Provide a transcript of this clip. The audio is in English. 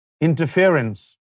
interference